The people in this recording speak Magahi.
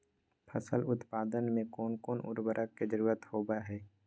फसल उत्पादन में कोन कोन उर्वरक के जरुरत होवय हैय?